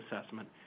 assessment